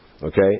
Okay